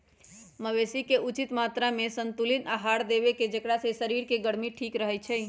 मवेशी के उचित मत्रामें संतुलित आहार देबेकेँ जेकरा से शरीर के गर्मी ठीक रहै छइ